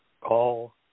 call